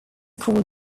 called